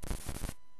הזוגות הצעירים.